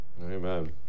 Amen